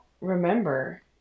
remember